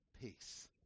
Peace